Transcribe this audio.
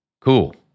Cool